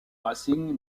racing